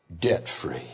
debt-free